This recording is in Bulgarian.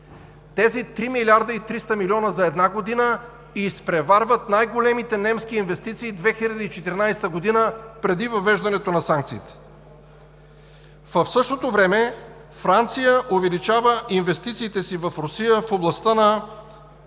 Тези 3 млрд. 300 млн. евро за една година изпреварват най-големите немски инвестиции от 2014 г. – преди въвеждането на санкциите. В същото време Франция увеличава инвестициите си в Русия в областта на